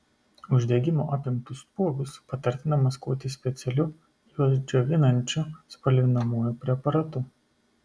uždegimo apimtus spuogus patartina maskuoti specialiu juos džiovinančiu spalvinamuoju preparatu